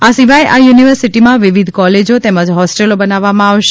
આ સિવાય આ યૂનિવર્સિટીમાં વિવિધ કોલેજો તેમજ હોસ્ટેલો બનવામાં આવશે